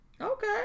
Okay